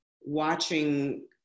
watching